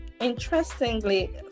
interestingly